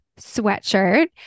sweatshirt